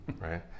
right